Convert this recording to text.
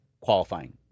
qualifying